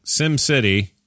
SimCity